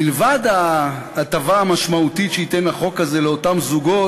מלבד ההטבה המשמעותית שייתן החוק הזה לאותם זוגות,